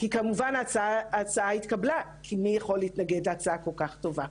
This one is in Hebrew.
כי כמובן ההצעה התקבלה כי מי יכול להתנגד להצעה כל-כך טובה.